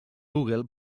google